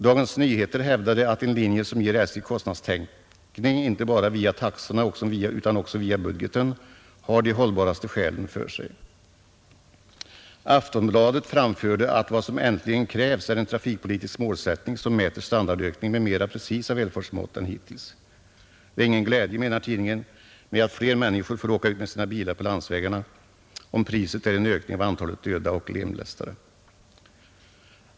Dagens Nyheter hävdade att en linje som ger SJ kostnadstäckning inte bara via taxorna utan också via budgeten har de hållbaraste skälen för sig. Aftonbladet framförde att vad som äntligen krävs är en trafikpolitisk målsättning som mäter standardökning med mera precisa välfärdsmått än hittills, Det är ingen glädje med, menar tidningen, att fler människor får åka med sina bilar på landsvägarna, om priset är en ökning av antalet döda och lemlästade.